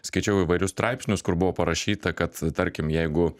skaičiau įvairius straipsnius kur buvo parašyta kad tarkim jeigu